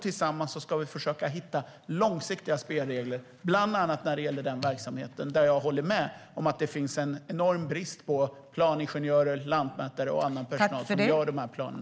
Tillsammans ska vi försöka att hitta långsiktiga spelregler, bland annat för lantmäteriverksamheten. Jag håller med om att det finns en enorm brist på planingenjörer, lantmätare och annan personal som gör dessa planer.